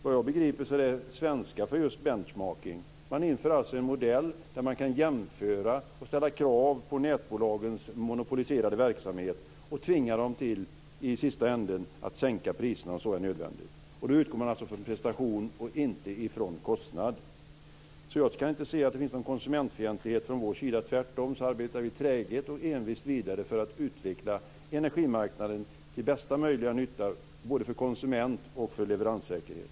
Vad jag begriper är det svenska för just benchmarking. Man inför alltså en modell där man kan jämföra och ställa krav på nätbolagens monopoliserade verksamhet och i sista änden tvinga dem till att sänka priserna om så är nödvändigt. Då utgår man alltså från prestation och inte kostnad. Jag kan därför inte se att det finns någon konsumentfientlighet från vår sida. Tvärtom arbetar vi träget och envist vidare för att utveckla energimarknaden till bästa möjliga nytta både för konsument och för leveranssäkerhet.